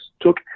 took